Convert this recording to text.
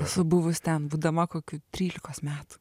esu buvus ten būdama kokių trylikos metų